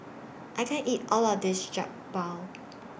I can't eat All of This Jokbal